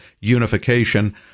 unification